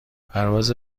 پرواز